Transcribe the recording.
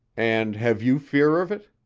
and have you fear of it?